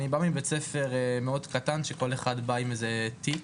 אני בא מבית ספר מאוד קטן שבו כל אחד עם בא איזשהו תיק.